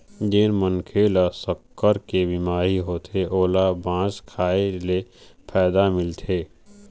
जेन मनखे ल सक्कर के बिमारी होथे ओला बांस खाए ले फायदा मिलथे